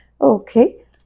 Okay